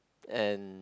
and